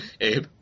Abe